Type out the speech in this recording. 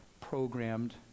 programmed